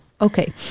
Okay